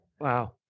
wow